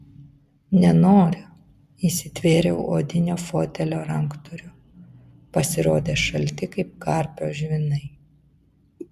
nenoriu įsitvėriau odinio fotelio ranktūrių pasirodė šalti kaip karpio žvynai